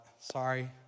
Sorry